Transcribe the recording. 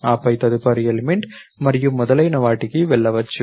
ఆపై తదుపరి ఎలిమెంట్ మరియు మొదలైన వాటికి వెళ్లవచ్చు